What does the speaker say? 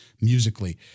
musically